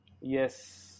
Yes